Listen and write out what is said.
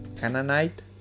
Canaanite